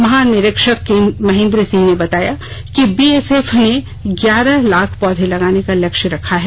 महानिरीक्षक महेंद्र सिंह ने बताया कि बीएसएफ ने ग्यारह लाख पौधे लगाने का लक्ष्य रखा है